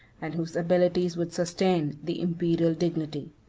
and whose abilities would sustain, the imperial dignity.